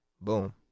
boom